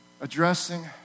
Addressing